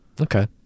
Okay